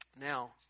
now